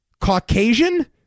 Caucasian